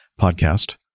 Podcast